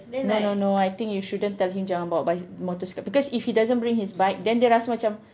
no no no I think you shouldn't tell him jangan bawa bic~ motosikal because if he doesn't bring his bike then dia rasa macam